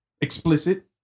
explicit